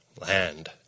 land